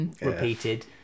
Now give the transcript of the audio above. repeated